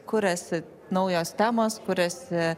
kuriasi naujos temos kuriasi